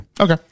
Okay